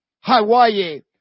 Hawaii